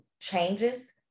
changes